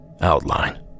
outline